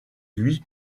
lui